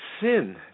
sin